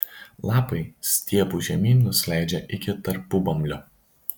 lapai stiebu žemyn nusileidžia iki tarpubamblio